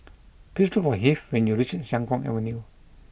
please look for Heath when you reach Siang Kuang Avenue